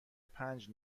پنج